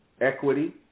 equity